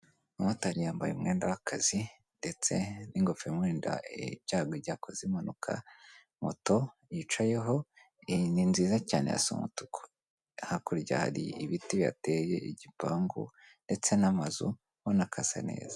Umumotari yambaye umwenda w'akazi ndetse n'ingofero imurinda icyago igihe akoze impanuka, moto yicayeho n'inziza cyane irasa umutuku, hakurya hari ibiti bihateye, igipangu ndetse n'amazu ubona kasa neza.